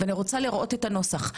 אני רוצה לראות את הנוסח.